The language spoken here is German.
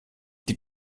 die